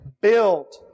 Build